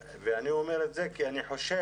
אני אומר את זה כי אני חושב